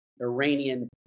Iranian